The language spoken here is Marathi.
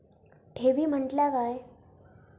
ठेवी म्हटल्या काय?